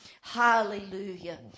Hallelujah